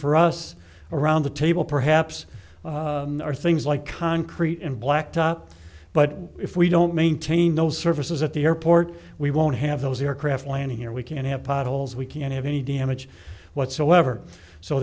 for us around the table perhaps are things like concrete and blacktop but if we don't maintain those services at the airport we won't have those aircraft landing here we can't have potholes we can't have any damage whatsoever so